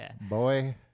boy